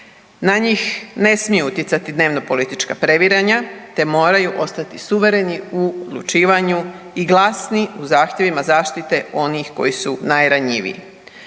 Na njih ne smiju utjecati dnevno politička previranja te moraju ostati suvereni u odlučivanju i glasni u zahtjevima zaštite onih koji su najranjiviji.